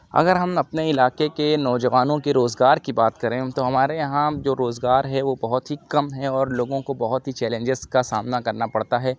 اگر ہم اپنے علاقے کے نوجوانوں کے روزگار کی بات کریں تو ہمارے یہاں جو روزگار ہے وہ بہت ہی کم ہے اور لوگوں کو بہت ہی چیلنجز کا سامنا کرنا پڑتا ہے